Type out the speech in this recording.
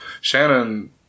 Shannon